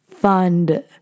fund